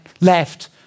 left